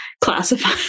classify